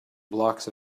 blocks